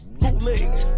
bootlegs